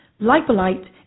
Lipolite